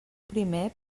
primer